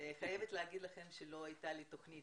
אני חייבת לומר לכם שלא הייתה לי תוכנית